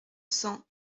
cents